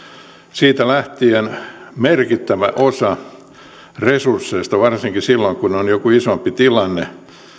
siitä lähtien merkittävä osa resursseista varsinkin silloin kun on joku isompi tilanne